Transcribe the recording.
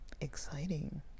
exciting